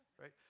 right